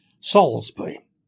Salisbury